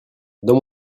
dans